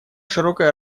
широкая